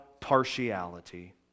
partiality